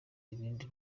ibintu